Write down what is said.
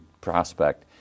prospect